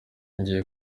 ngiye